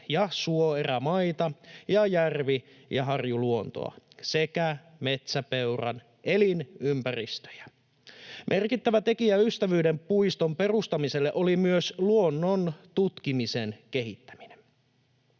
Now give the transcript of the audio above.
ja suoerämaita ja järvi- ja harjuluontoa sekä metsäpeuran elinympäristöjä. Merkittävä tekijä Ystävyyden puiston perustamiselle oli myös luonnon tutkimisen kehittäminen.